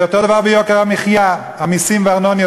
ואותו דבר ביוקר המחיה, המסים והארנונה.